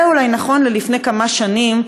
זה אולי נכון ללפני כמה שנים,